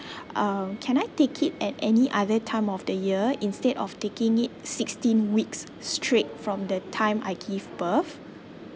uh can I take it at any other time of the year instead of taking it sixteen weeks straight from the time I give birth